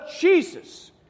Jesus